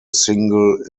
single